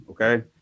okay